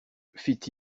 fit